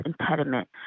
impediment